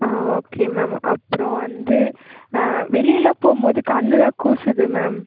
ஆ okay ma'am அப்புறோம் வந்து வெளியில் போகும் போது கண்ணுலாம் கூசுது மேம்